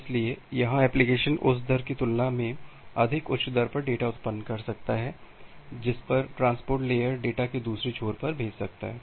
इसलिए यहां एप्लिकेशन उस दर की तुलना में अधिक उच्च दर पर डेटा उत्पन्न कर सकता है जिस पर ट्रांसपोर्ट लेयर डेटा को दूसरे छोर पर भेज सकता है